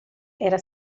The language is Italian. era